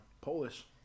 Polish